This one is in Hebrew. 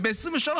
וב-2023,